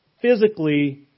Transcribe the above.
physically